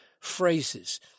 phrases